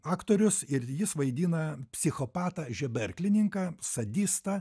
aktorius ir jis vaidina psichopatą žeberklininką sadistą